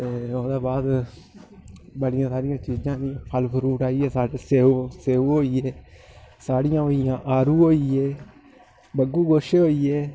ते ओह्दे बाद बड़ियां सारियां चीजां न फल फरूट आई गेआ सच स्येऊ स्येऊ होई गे सड़ियां होई गेइयां आड़ू होई गे बगु गोशे होई गे